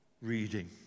reading